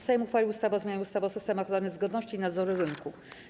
Sejm uchwalił ustawę o zmianie ustawy o systemach oceny zgodności i nadzoru rynku.